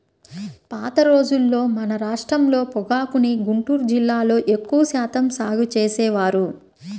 పాత రోజుల్లో మన రాష్ట్రంలో పొగాకుని గుంటూరు జిల్లాలో ఎక్కువ శాతం సాగు చేసేవారు